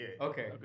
okay